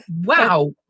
Wow